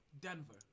Denver